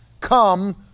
come